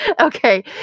okay